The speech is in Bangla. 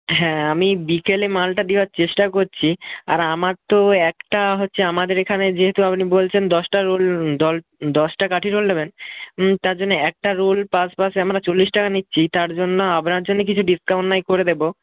হ্যাঁ আমি বিকেলে মালটা দেওয়ার চেষ্টা করছি আর আমার তো একটা হচ্ছে আমাদের এখানে যেহেতু আপনি বলছেন দশটা রোল দশটা কাঠি রোল নেবেন তার জন্য একটা রোল পারপাসে আমরা চল্লিশ টাকা নিচ্ছি তার জন্য আপনার জন্য কিছু ডিসকাউন্ট না হয় করে দেবো